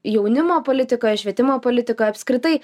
jaunimo politikoje švietimo politikoje apskritai